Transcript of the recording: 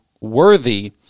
worthy